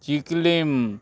Chicalim